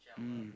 mm